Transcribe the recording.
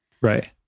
Right